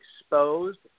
exposed